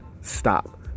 stop